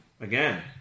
Again